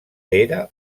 era